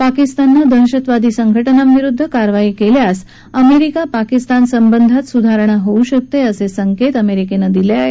पाकिस्ताननं दहशतवादी संघटनांविरुद्ध कारवाई केल्यास अमेरिका पाकिस्तान संबंधात सुधारणा होऊ शकते असे संकेत अमेरिकेनं दिले आहेत